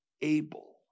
able